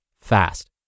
fast